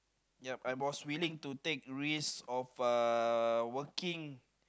yep I was willing to take risk of uh working